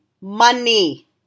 Money